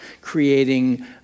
creating